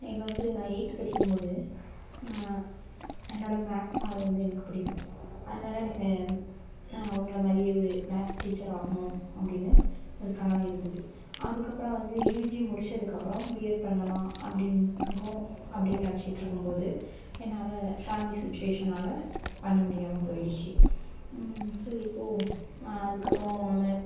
இப்போ வந்து நான் எயித்து படிக்கும்போது என்னோடய மேக்ஸ் சாரை வந்து எனக்கு பிடிக்கும் அதனால் எனக்கு அவங்களை மாதிரியே ஒரு மேக்ஸ் டீச்சர் ஆகணும் அப்படின்னு ஒரு கனவு இருந்தது அதுக்கப்புறம் வந்து யூஜி முடிச்சதுக்கப்புறம் பிஎட் பண்ணலாம் அப்படின்னு அப்படின்னு நினச்சிட்டு இருக்கும்போது என்னால் ஃபேமிலி சுச்சிவேஷன்னால் பண்ண முடியாமல் போயிடுச்சு சரி போ அதுக்கப்புறம் நம்ம